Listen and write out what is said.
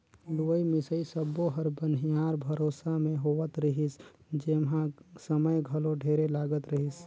लुवई मिंसई सब्बो हर बनिहार भरोसा मे होवत रिहिस जेम्हा समय घलो ढेरे लागत रहीस